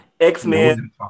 x-men